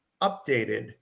updated